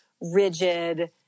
rigid